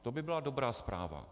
To by byla dobrá zpráva.